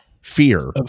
fear